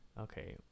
okay